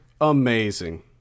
amazing